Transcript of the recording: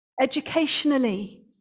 educationally